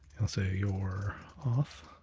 and say your auth